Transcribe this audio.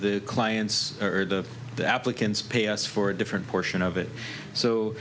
the clients of the applicants pay us for a different portion of it so